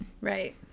right